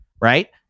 right